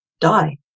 die